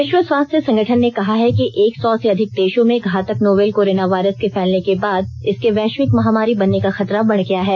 विश्व स्वास्थ्य संगठन ने कहा है कि एक सौ से अधिक देशों में घातक नोवल कोरोना वायरस के फैलने के बाद इसके वैश्विक महामारी बनने का खतरा बढ गया है